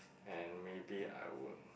and maybe I would